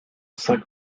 cinq